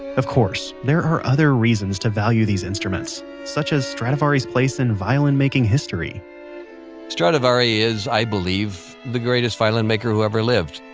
of course, there are other reasons to value these instruments-such as stradivari's place in violin-making history stradivari is, i believe, the greatest violin maker who ever lived.